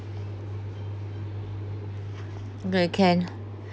great can